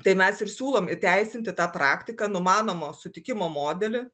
tai mes ir siūlom įteisinti tą praktiką numanomo sutikimo modelį